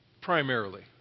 primarily